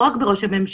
לא רק בראש הממשלה,